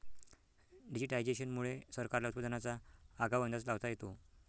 digitisation मुळे सरकारला उत्पादनाचा आगाऊ अंदाज लावता येतो